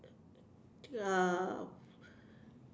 uh